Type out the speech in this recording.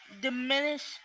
diminish